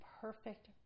perfect